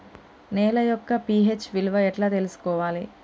నేల యొక్క పి.హెచ్ విలువ ఎట్లా తెలుసుకోవాలి?